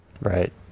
Right